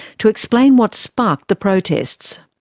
to explain what sparked the protests.